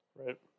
Right